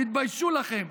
תתביישו לכם.